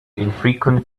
infrequent